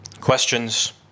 questions